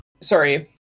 Sorry